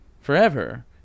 forever